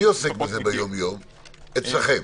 מי אצלכם